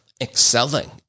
excelling